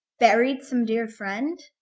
buried some dear friend?